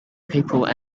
people